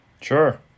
Sure